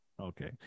Okay